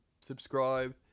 subscribe